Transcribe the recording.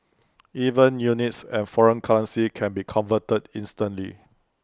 even units and foreign currencies can be converted instantly